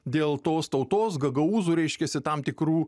dėl tos tautos gagaūzų reiškiasi tam tikrų